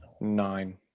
nine